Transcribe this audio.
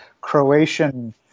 Croatian